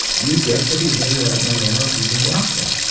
you get the behavioural abnormalities in the offspring.